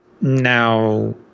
Now